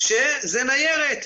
שזה ניירת.